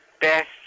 best